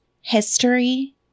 history